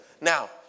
Now